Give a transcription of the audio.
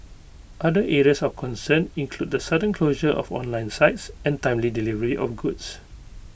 other areas of concern include the sudden closure of online sites and timely delivery of goods